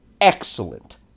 excellent